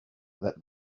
that